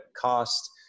cost